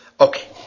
Okay